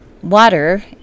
Water